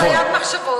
היה "מחשבות",